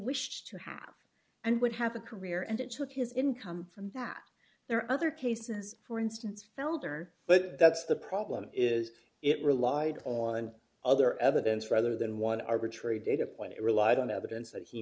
wished to have and would have a career and it took his income from that there are other cases for instance felder but that's the problem is it relied on other evidence rather than one arbitrary data point it relied ready on evidence that he